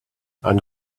and